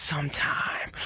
Sometime